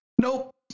Nope